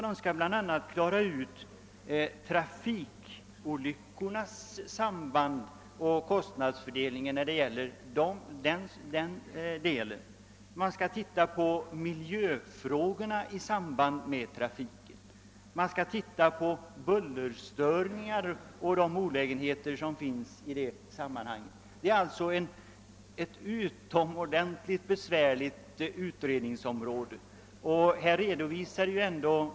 Den skall bl.a. klara ut trafikolyckornas orsaker och kostnadsfördelningen i fråga om dessa, den skall beakta miljöfrågorna i samband med trafiken, den skall undersöka bullerstörningar och olägenheterna i samband med dessa. Utredningen har alltså ett ytterst besvärligt utredningsuppdrag.